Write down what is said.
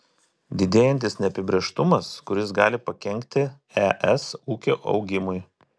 didėjantis neapibrėžtumas kuris gali pakenkti es ūkio augimui